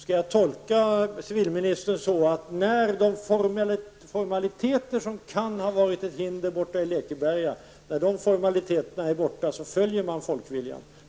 Skall jag tolka civilministern så, att när de formaliteter som kan ha varit ett hinder i Lekeberga är borta, följer man folkviljan?